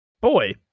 Boy